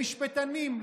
למשפטנים,